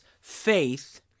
faith